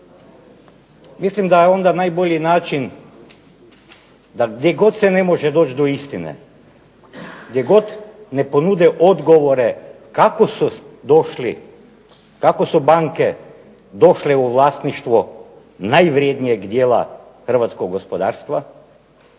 Mislim da je onda najbolji način da gdje god se ne može doći do istine, gdje god ne ponude odgovore kako su došli, kako su banke došle u vlasništvo najvrednijeg dijela hrvatskog gospodarstva.